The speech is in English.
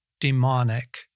demonic